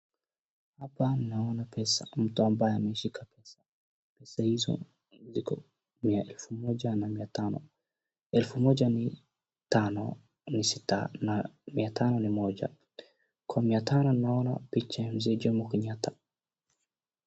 Hapa naona pesa, mtu ambaye ameshika pesa, pesa hizo ziko za elfu moja na mia tano. Elfu moja ni tano na sita na mia tano ni moja, kwa mia tano naona picha ya mzee Jomo Kenyatta.